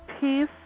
Peace